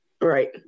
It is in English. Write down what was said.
right